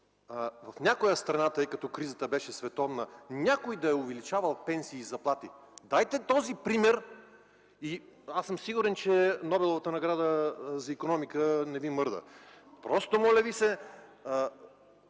в някоя страна, тъй като кризата беше световна, някой е увеличавал пенсии и заплати? Дайте този пример и аз съм сигурен, че Нобеловата награда за икономика не ви мърда. Моля ви се,